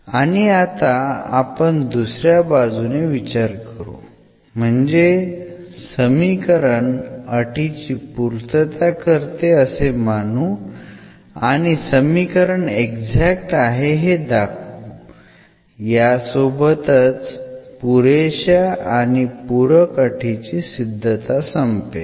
आणि आता आपण दुसऱ्या बाजूने विचार करू म्हणजेच समीकरण अटीची पूर्तता करते असे मानू आणि समीकरण एक्झॅक्ट आहे हे दाखवू यासोबतच पुरेश्या आणि पूरक अटीची सिद्धता संपेल